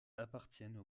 appartiennent